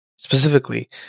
specifically